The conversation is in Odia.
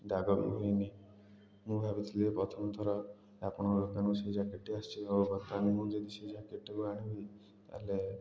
ଦାଗ ବି ହୋଇନି ମୁଁ ଭାବିଥିଲି ଯେ ପ୍ରଥମ ଥର ଆପଣଙ୍କ ଦୋକାନରୁ ସେଇ ଜ୍ୟାକେଟ୍ଟି ମୁଁ ଯଦି ସେହି ଜ୍ୟାକଟ୍କୁ ଆଣିବି ତା'ହେଲେ